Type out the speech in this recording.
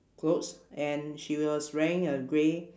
clothes and she was wearing a grey